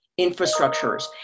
infrastructures